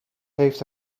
heeft